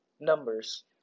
numbers